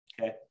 Okay